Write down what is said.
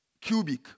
cubic